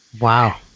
Wow